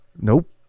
nope